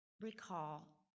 recall